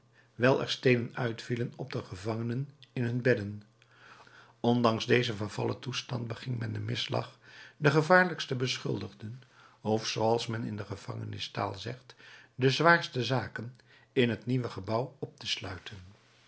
er steenen uitvielen op de gevangenen in hun bedden ondanks dezen vervallen toestand beging men den misslag de gevaarlijkste beschuldigden of zooals men in de gevangenistaal zegt de zwaarste zaken in het nieuwe gebouw op te sluiten